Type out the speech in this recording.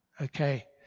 Okay